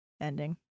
ending